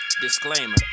Disclaimer